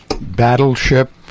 battleship